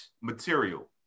material